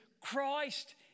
Christ